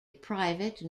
private